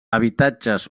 habitatges